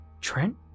trent